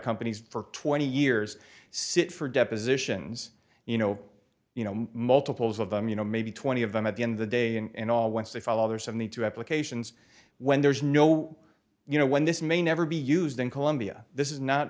companies for twenty years sit for depositions you know you know multiples of them you know maybe twenty of them at the end the day and all once they follow their seventy two applications when there's no you know when this may never be used in colombia this is not